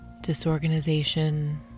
disorganization